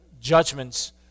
judgments